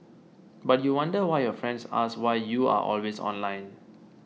but you wonder why your friends ask you why you are always online